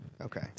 Okay